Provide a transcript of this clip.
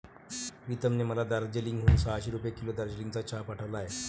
प्रीतमने मला दार्जिलिंग हून सहाशे रुपये किलो दार्जिलिंगचा चहा पाठवला आहे